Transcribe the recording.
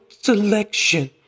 selection